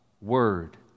word